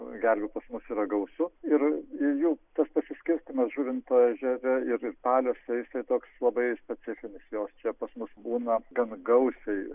gervių pas mus yra gausu ir ir jų tas pasiskirstymas žuvinto ežere ir paliose jisai toks labai specifinis jos čia pas mus būna gan gausiai